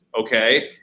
okay